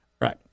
Right